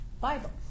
Bible